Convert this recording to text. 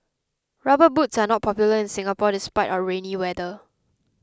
rubber boots are not popular in Singapore despite our rainy weather